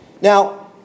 Now